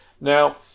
Now